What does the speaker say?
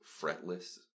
fretless